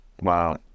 Wow